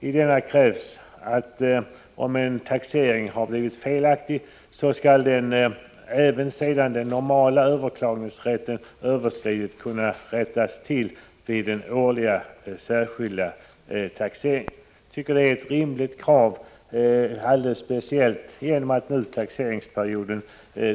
I denna krävs att en taxering som blivit felaktig skall kunna rättas till vid den årliga särskilda taxeringen även efter det att den normala tiden för rätt till överklagande har överskridits.